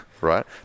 right